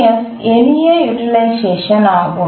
F எளிய utilisation ஆகும்